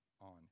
on